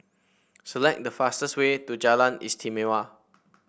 select the fastest way to Jalan Istimewa